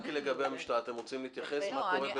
המשטרה, אתם רוצים להתייחס לזה?